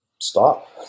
stop